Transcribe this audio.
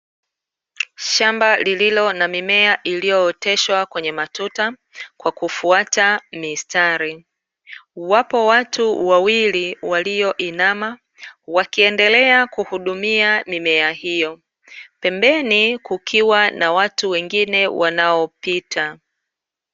Shamba lililo na mimea iliyooteshwa kwenye matuta, kwa kufuata mistari. Wapo watu wawili walioinama, wakiendelea kuhudumia mimea hiyo. Pembeni kukiwa na watu wengine wanaopita.